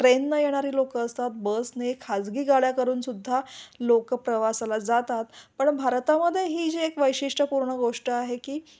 ट्रेनने येणारी लोकं असतात बसने खाजगी गाड्या करूनसुद्धा लोकं प्रवासाला जातात पण भारतामध्ये ही जी एक वैशिष्ट्य पूर्ण गोष्ट आहे की